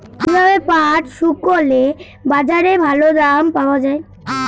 কীভাবে পাট শুকোলে বাজারে ভালো দাম পাওয়া য়ায়?